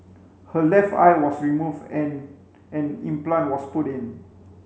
her left eye was removed and an implant was put in